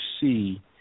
see